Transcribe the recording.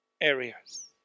areas